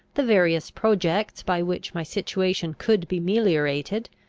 the various projects by which my situation could be meliorated,